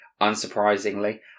Unsurprisingly